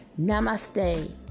Namaste